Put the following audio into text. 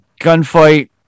gunfight